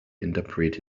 interpret